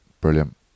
Brilliant